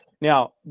Now